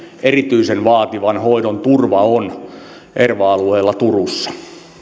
erityisen vaativan hoidon turva on erva alueella turussa